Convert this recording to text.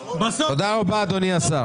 תודה רבה, אדוני השר.